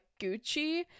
Gucci